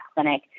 clinic